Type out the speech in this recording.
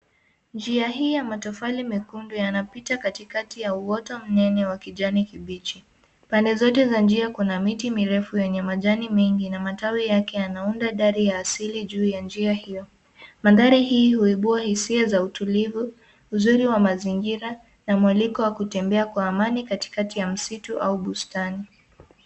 Njia hii ya matofali mekundu yanapita katikati ya uoto mnene wa kijani kibichi. Pande zote za njia kuna miti mirefu yenye majani mengi na matawi yake yanaunda dari ya asili juu ya njia hiyo. Mandhari hii huibua hisia za utulivu, uzuri wa mazingira na mwaliko wa kutembea kwa amani katikati ya msitu au bustani.